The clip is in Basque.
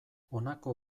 honako